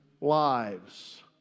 lives